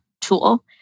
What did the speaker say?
tool